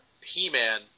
He-Man